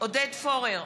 עודד פורר,